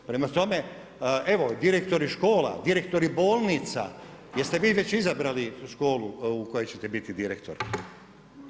Prema tome direktori škola, direktori bolnica, već se vi već izabrali školu u kojoj ćete biti direktor?